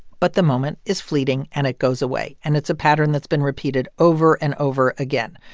but the moment is fleeting, and it goes away. and it's a pattern that's been repeated over and over again.